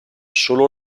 solo